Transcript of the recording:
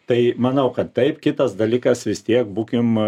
tai manau kad taip kitas dalykas vis tiek būkim